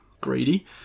greedy